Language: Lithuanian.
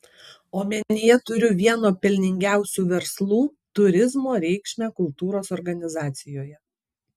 omenyje turiu vieno pelningiausių verslų turizmo reikšmę kultūros organizacijoje